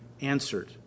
answered